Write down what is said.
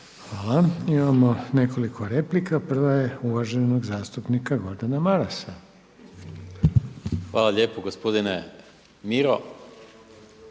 Hvala. Imamo nekoliko replika. Prva je uvaženog zastupnika Gordana Marasa. **Maras, Gordan